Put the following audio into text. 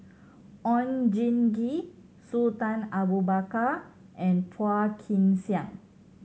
Oon Jin Gee Sultan Abu Bakar and Phua Kin Siang